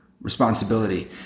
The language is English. responsibility